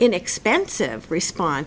inexpensive respon